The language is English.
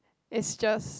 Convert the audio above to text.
it's just